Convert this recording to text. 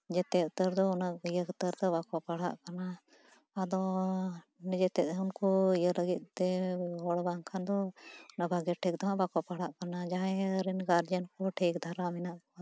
ᱡᱚᱛᱚ ᱩᱛᱟᱹᱨ ᱫᱚ ᱩᱱᱟᱹᱜ ᱤᱭᱟᱹ ᱩᱛᱟᱹᱨ ᱫᱚ ᱵᱟᱠᱚ ᱯᱟᱲᱦᱟᱜ ᱠᱟᱱᱟ ᱟᱫᱚ ᱱᱤᱡᱮᱛᱮ ᱦᱚᱸ ᱩᱱᱠᱩ ᱤᱭᱟᱹ ᱞᱟᱹᱜᱤᱫᱛᱮ ᱦᱚᱲ ᱵᱟᱝᱠᱷᱟᱱ ᱫᱚ ᱵᱷᱟᱹᱜᱤ ᱴᱷᱤᱠ ᱫᱚ ᱱᱟᱦᱟᱜ ᱵᱟᱠᱚ ᱯᱟᱲᱦᱟᱜ ᱠᱟᱱᱟ ᱡᱟᱦᱟᱸᱭ ᱨᱮᱱ ᱜᱟᱨᱡᱮᱱ ᱠᱚ ᱴᱷᱤᱠ ᱫᱷᱟᱨᱟ ᱢᱮᱱᱟᱜ ᱠᱚᱣᱟ